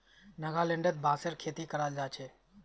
नागालैंडत बांसेर खेती कराल जा छे